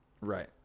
Right